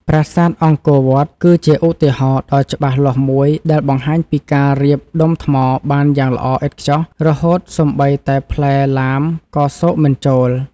ប្រាសាទអង្គរវត្ត គឺជាឧទាហរណ៍ដ៏ច្បាស់លាស់មួយដែលបង្ហាញពីការរៀបដុំថ្មបានយ៉ាងល្អឥតខ្ចោះរហូតសូម្បីតែផ្លែឡាមក៏ស៊កមិនចូល។